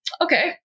okay